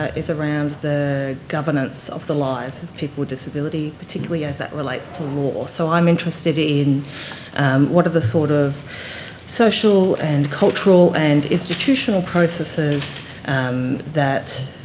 is around the governance of the lives of people with disability, particularly as that relates to law. so i'm interested in what are the sort of social and cultural and institutional processes that,